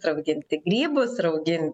rauginti grybus rauginti